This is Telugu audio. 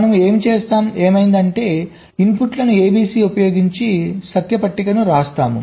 మనం ఏం చేస్తాం ఏమైంది అంటే ఇన్పుట్లను ab c ఉపయోగించి సత్య పట్టికను వ్రాస్తాము